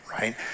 right